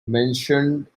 mentioned